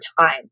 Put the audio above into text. time